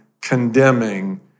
condemning